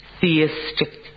theistic